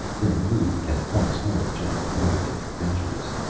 their mood had once more turned bright and adventurous.